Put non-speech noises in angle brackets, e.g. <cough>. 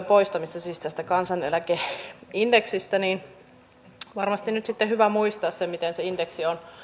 <unintelligible> poistamisesta tästä kansaneläkeindeksistä niin on varmasti nyt sitten hyvä muistaa se miten se indeksi on